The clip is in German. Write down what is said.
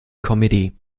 committee